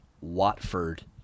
Watford